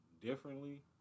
differently